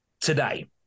today